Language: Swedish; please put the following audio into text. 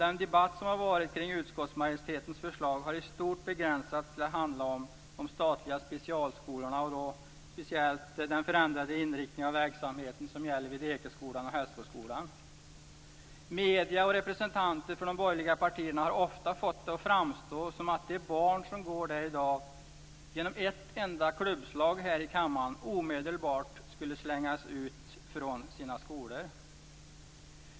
Den debatt som har varit kring utskottsmajoritetens förslag har i stort begränsats till att handla om de statliga specialskolorna och då speciellt den förändrade inriktningen av verksamheten vid Ekeskolan och Hällsboskoslan. Medierna och representanter för de borgerliga partierna har ofta fått det att framstå som att de barn som går där i dag genom ett enda klubbslag här i kammaren omedelbart skulle slängas ut från sina skolor.